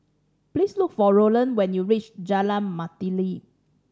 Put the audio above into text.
please look for Roland when you reach Jalan Mastuli